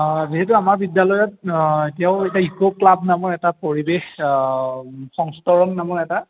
অঁ যিহেতু আমাৰ বিদ্যালয়ত অ এতিয়াও এটা ইক' ক্লাব নামৰ এটা পৰিৱেশ সংস্থৰণ নামৰ এটা